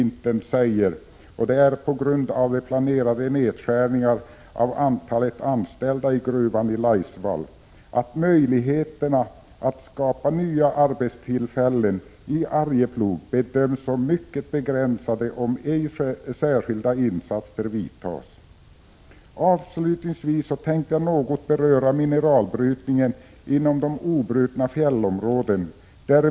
1986/87:36 vintern säger — på grund av planerade nedskärningar av antalet anställda i 26 november 1986 gruvan i Laisvall — att möjligheterna att skapa nya arbetstillfällen i Arjeplog bedöms som mycket begränsade om ej särskilda insatser vidtas. Avslutningsvis tänkte jag något beröra mineralbrytningen inom de obrutna fjällområdena.